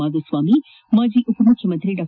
ಮಾಧುಸ್ವಾಮಿ ಮಾಜಿ ಉಪ ಮುಖ್ಯಮಂತ್ರಿ ಡಾ